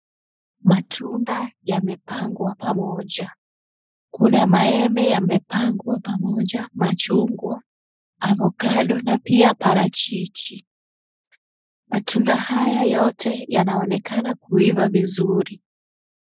Matunda yamepangwa pamoja. Kuna maembe yamepangwa pamoja, machungwa, avokado na pia parachichi. Matunda haya yote yanaonekana kuiva vizuri.